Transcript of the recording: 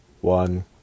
one